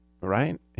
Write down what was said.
right